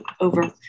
over